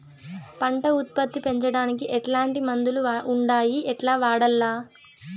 పంట ఉత్పత్తి పెంచడానికి ఎట్లాంటి మందులు ఉండాయి ఎట్లా వాడల్ల?